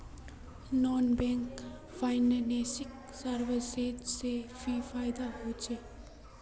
Non banking financial services से की फायदा होचे?